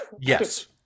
Yes